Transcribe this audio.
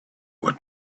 what